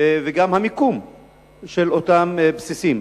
וגם המיקום של אותם בסיסים.